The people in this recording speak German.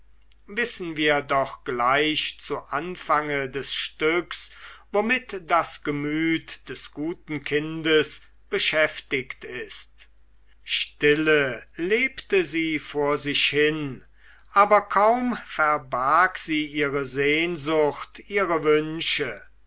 wissen wir doch gleich zu anfange des stücks womit das gemüt des guten kindes beschäftigt ist stille lebte sie vor sich hin aber kaum verbarg sie ihre sehnsucht ihre wünsche